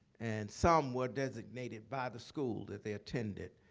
and some were designated by the school that they attended.